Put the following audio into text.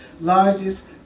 largest